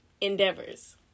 endeavors